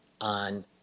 on